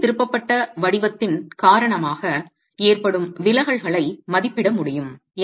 திசைதிருப்பப்பட்ட வடிவத்தின் காரணமாக ஏற்படும் விலகல்களை மதிப்பிட முடியும்